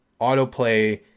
autoplay